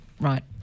Right